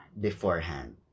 Beforehand